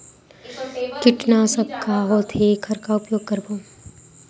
कीटनाशक का होथे एखर का उपयोग करबो?